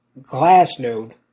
Glassnode